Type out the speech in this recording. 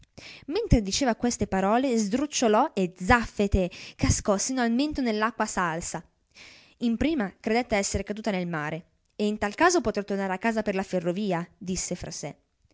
mentre diceva queste parole sdrucciolò e zaffete cascò sino al mento nell'acqua salsa imprima credette esser caduta nel mare e in tal caso potrò tornare a casa per la ferrovia disse fra sè